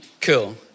cool